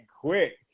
quick